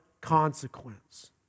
consequence